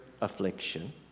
affliction